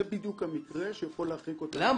זה בדיוק המקרה שיכול --- למה?